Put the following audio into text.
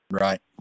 Right